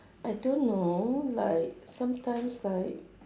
I don't know like sometimes like